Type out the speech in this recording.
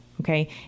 okay